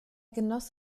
genoss